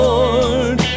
Lord